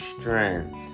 strength